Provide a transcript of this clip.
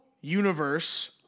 universe